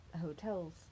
hotels